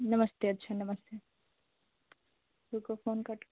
नमस्ते अच्छा नमस्ते रुको फोन कट